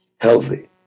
healthy